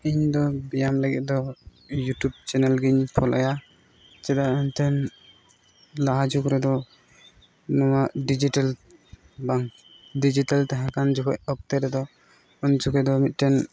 ᱤᱧ ᱫᱚ ᱵᱮᱭᱟᱢ ᱞᱟᱹᱜᱤᱫ ᱫᱚ ᱤᱭᱩᱴᱩᱵᱽ ᱪᱮᱱᱮᱞ ᱜᱮᱧ ᱯᱷᱳᱞᱚᱭᱟ ᱪᱮᱫᱟᱜ ᱮᱱᱛᱮᱫ ᱞᱟᱦᱟ ᱡᱩᱜᱽ ᱨᱮᱫᱚ ᱩᱱᱟᱹᱜ ᱰᱤᱡᱤᱴᱟᱞ ᱵᱟᱝ ᱰᱤᱡᱤᱴᱟᱞ ᱛᱟᱦᱮᱸ ᱠᱟᱱ ᱡᱚᱠᱷᱚᱱ ᱚᱠᱛᱚ ᱨᱮᱫᱚ ᱩᱱ ᱡᱚᱠᱷᱚᱱ ᱫᱚ ᱢᱤᱫᱴᱮᱱ